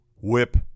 whip